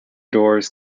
doors